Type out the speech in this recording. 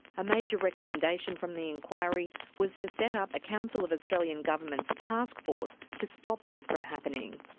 a major recommendation from the inquiry was to set up a council of australian governments taskforce to stop this from happening.